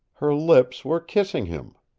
her lips were kissing him.